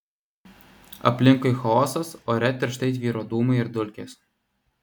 aplinkui chaosas ore tirštai tvyro dūmai ir dulkės